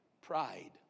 pride